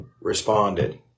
responded